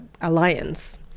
alliance